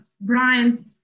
brian